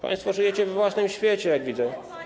Państwo żyjecie we własnym świecie, jak widzę.